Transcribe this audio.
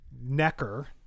Necker